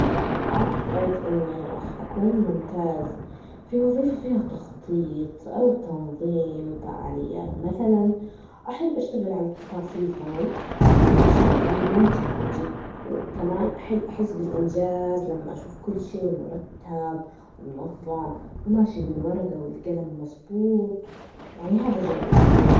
أعتقد إني راح أكون مممتاز في وظيفة فيها تخطيط, أو تنظيم, فعاليات مثلاً, أحب أشتغل على التفاصيل, تمام؟ والأشياء اللي ممتعة من جد, وكمان أحبب أحس بالإنجاز, لما أشوف كل شي مرتب ومنظم وماشي بالورجة والجلم مظبوط, يعني هذا جوي